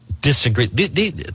disagree